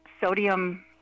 sodium